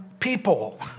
people